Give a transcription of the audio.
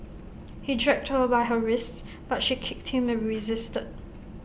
he dragged her by her wrists but she kicked him and resisted